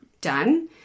done